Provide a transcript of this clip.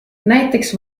näiteks